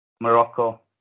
Morocco